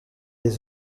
des